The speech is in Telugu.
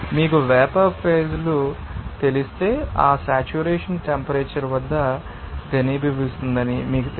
మీకు వేపర్ ఫేజ్ లు తెలిస్తే ఆ సేట్యురేషన్ టెంపరేచర్ వద్ద ఘనీభవిస్తుందని మీకు తెలుసు